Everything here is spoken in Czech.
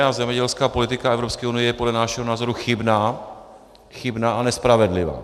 Ale zemědělská politika Evropské unie je podle našeho názoru chybná chybná a nespravedlivá.